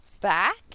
back